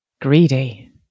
Greedy